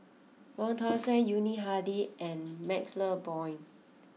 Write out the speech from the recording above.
Wong Tuang Seng Yuni Hadi and Maxle Blond